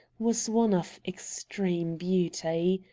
was one of extreme beauty.